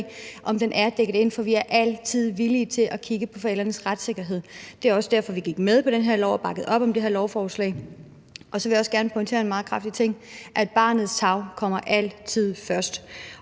om det er dækket ind, for vi er altid villige til at kigge på forældrenes retssikkerhed. Det er også derfor, vi gik med på den her lov og bakkede op om det her lovforslag. Jeg vil også gerne meget kraftigt pointere en ting: Barnets tarv kommer altid først.